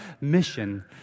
mission